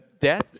death